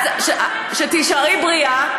שתישארי בריאה,